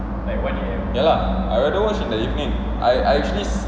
ya lah I rather watch in the evening I I actually